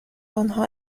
آنها